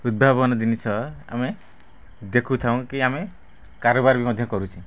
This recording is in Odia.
ଉଦ୍ଭାବନ ଜିନିଷ ଆମେ ଦେଖୁଥାଉ କି ଆମେ କାରବାର ବି ମଧ୍ୟ କରୁଛେ